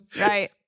right